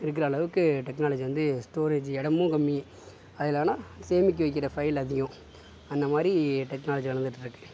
இருக்கிற அளவுக்கு டெக்னாலஜி வந்து ஸ்டாரேஜி இடமும் கம்மி அதில் ஆனால் சேமிக்க வைக்கிர ஃபைல் அது அந்த மாதிரி டெக்னாலஜி வளர்ந்துட்டு இருக்கு